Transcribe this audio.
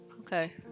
Okay